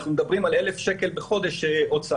אנחנו מדברים על 1,000 שקל בחודש הוצאה.